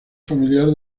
familiar